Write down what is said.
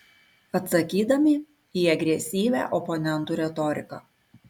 atsakydami į agresyvią oponentų retoriką